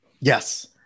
Yes